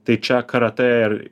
tai čia karatė ir